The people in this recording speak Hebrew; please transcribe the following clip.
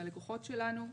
מהלקוחות שלנו.